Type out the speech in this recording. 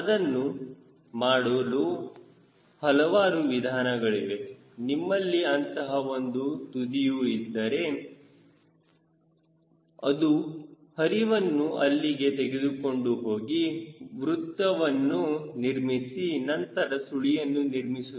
ಅದನ್ನು ಮಾಡುವ ಹಲವಾರು ವಿಧಾನಗಳಿವೆ ನಿಮ್ಮಲ್ಲಿ ಅಂತಹ ಒಂದು ತುದಿಯು ಇದ್ದರೆ ಅದು ಹರಿತವನ್ನು ಅಲ್ಲಿಗೆ ತೆಗೆದುಕೊಂಡು ಹೋಗಿ ವೃತ್ತವನ್ನು ನಿರ್ಮಿಸಿ ನಂತರ ಸುಳಿಯನ್ನು ನಿರ್ಮಿಸುತ್ತದೆ